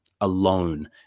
alone